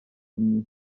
ogni